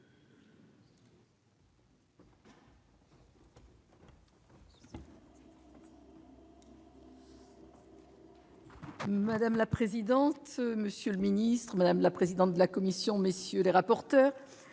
Madame la présidente, monsieur le ministre, madame la présidente de la commission, messieurs les rapporteurs